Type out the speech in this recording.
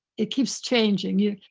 it keeps changing. you